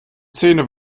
zähne